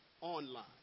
online